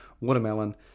Watermelon